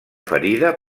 ferida